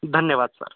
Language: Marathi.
धन्यवाद सर